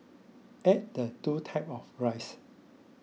add the two type of rice